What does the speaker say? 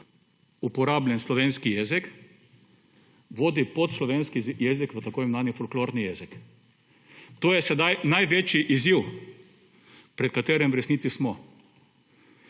uporabljen slovenski jezik, vodi pot slovenski jezik v tako imenovani folklorni jezik. To je sedaj največji izziv, pred katerim v resnici smo.